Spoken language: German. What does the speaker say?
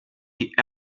die